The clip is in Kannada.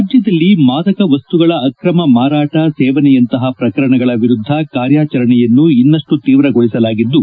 ರಾಜ್ಯದಲ್ಲಿ ಮಾದಕ ವಸ್ತುಗಳ ಆಕ್ರಮ ಮಾರಾಟ ಸೇವನೆಯಂತಹ ಪ್ರಕರಣಗಳ ವಿರುದ್ಧ ಕಾರ್ಯಾಚರಣೆಯನ್ನು ಇನ್ನಷ್ಟು ತೀವ್ರಗೊಳಿಸಲಾಗಿದ್ದು